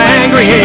angry